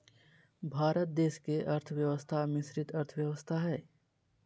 भारत देश के अर्थव्यवस्था मिश्रित अर्थव्यवस्था हइ